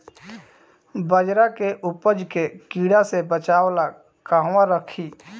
बाजरा के उपज के कीड़ा से बचाव ला कहवा रखीं?